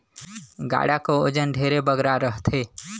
गाड़ा कर ओजन ढेरे बगरा रहथे